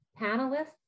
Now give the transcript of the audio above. panelists